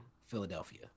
Philadelphia